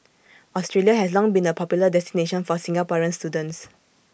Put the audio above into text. Australia has long been A popular destination for Singaporean students